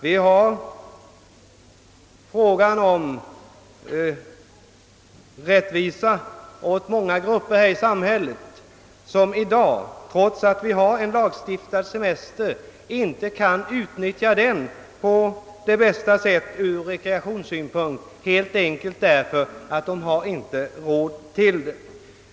Vi har frågan om rättvisa åt många grupper här i samhället som i dag, trots att vi har en lagstadgad semester, inte kan utnyttja den på bästa sätt ur rekreationssynpunkt, helt enkelt därför att de inte har råd till det.